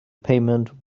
payment